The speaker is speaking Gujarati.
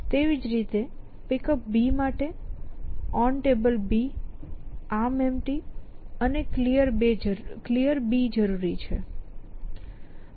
તેવી જ રીતે Pickup માટે OnTable ArmEmpty અને Clear જરૂરી છે